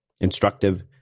instructive